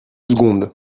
secondes